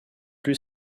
plus